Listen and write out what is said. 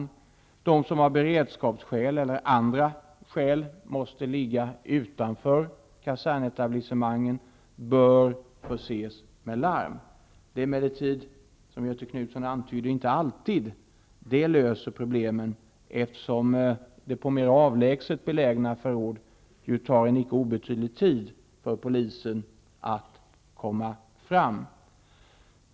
De förråd som av beredskapsskäl eller andra skäl måste ligga utanför kasernetablissemangen bör förses med larm. Det är emellertid, som Göthe Knutson antydde, inte alltid som det löser problemen, eftersom det när det gäller mera avlägset belägna förråd tar icke obetydlig tid för polisen att komma fram.